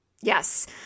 Yes